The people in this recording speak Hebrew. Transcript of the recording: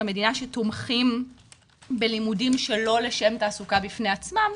המדינה שתומכים בלימודים שלא לשם תעסוקה בפני עצמם.